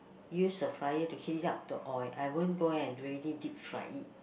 use a fryer to heat it up the oil I won't go and really deep fry it